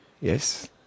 Yes